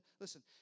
Listen